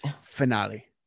finale